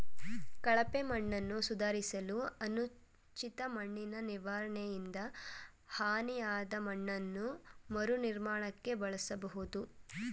ಕಳಪೆ ಮಣ್ಣನ್ನು ಸುಧಾರಿಸಲು ಅನುಚಿತ ಮಣ್ಣಿನನಿರ್ವಹಣೆಯಿಂದ ಹಾನಿಯಾದಮಣ್ಣನ್ನು ಮರುನಿರ್ಮಾಣಕ್ಕೆ ಬಳಸ್ಬೋದು